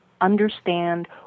understand